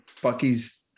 Bucky's